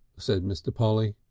said mr. polly.